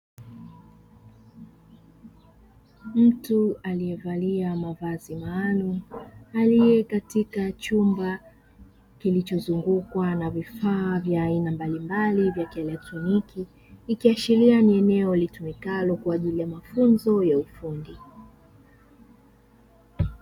Mtu aliyevalia mavazi maalumu aliye katika chumba kilichozungukwa na vifaa vya aina mbalimbali vya kielektroniki, ikiashiria ni eneo litumikalo kwa ajili ya mafunzo ya ufundi.